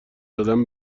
دادن